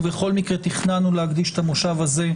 ובכל מקרה תכננו להקדיש את המושב הזה,